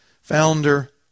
founder